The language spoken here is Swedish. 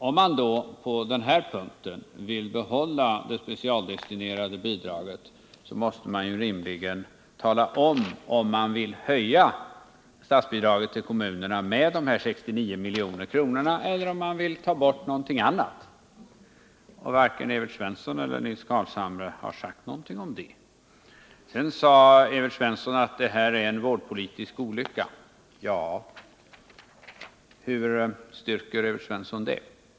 Om man då på den här punkten vill behålla det specialdestinerade bidraget måste man rimligen tala om ifall man vill höja statsbidraget till kommunerna med dessa 69 milj.kr. eller om man vill ta bort något annat. Varken Evert Svensson eller Nils Carlshamre har sagt någonting om det. Sedan sade Evert Svensson att det här är en vårdpolitisk olycka. Hur styrker Evert Svensson det?